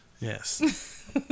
yes